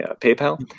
PayPal